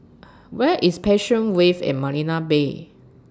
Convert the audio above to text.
Where IS Passion Wave At Marina Bay